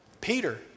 Peter